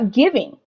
giving